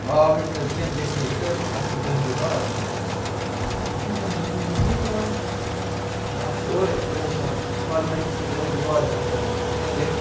آو یہِ ونُن ہے وُنٛکیٚنَس گژھہِ نہٕ یہِ رِٹٲرٕن کیٚنٛہہ اَتھ چھُ مےٚ دَہہِ دُہۍ بعد یُن دوٚپمَس وۄنۍ کیٛاہ بَنہِ دَہَن دوٚہَن چھا بیٚیہِ پیٛارُن دوٚپُن اَتھ چھِ اورٕے یِہٲے چھِ اَتھ فارمَلٹی چھِ یہِ دَہہِ دُہۍ بعد ہیٚکہِ یہِ رِٹٲرٕن گٔژھِتھ وُنٛکیٚس گژھہِ نہٕ